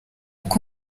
uko